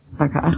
okay